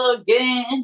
again